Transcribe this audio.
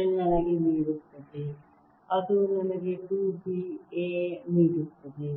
l ನನಗೆ ನೀಡುತ್ತದೆ ಅದು ನನಗೆ 2 B a ನೀಡುತ್ತದೆ